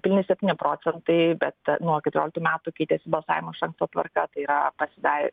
pilni septyni procentai bet nuo keturioliktų metų keitėsi balsavimo iš anksto tvarka tai yra pasidarė